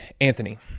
Anthony